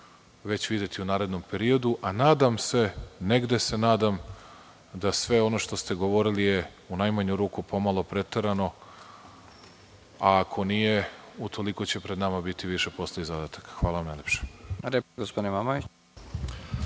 već videti u narednom periodu, a nadam se da sve ono što ste govorili je u najmanju ruku pomalo preterano, a ako nije, utoliko će pred nama biti više posla i zadataka. Hvala. **Nebojša